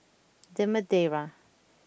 The Madeira